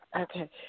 Okay